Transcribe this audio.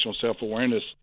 self-awareness